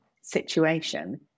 situation